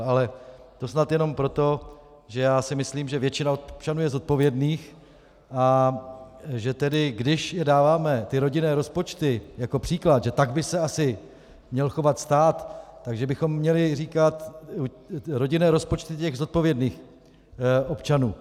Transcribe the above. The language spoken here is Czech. Ale to snad jenom proto, že já si myslím, že většina občanů je zodpovědných, a když dáváme ty rodinné rozpočty jako příklad, že tak by se asi měl chovat stát, tak že bychom měli říkat rodinné rozpočty těch zodpovědných občanů.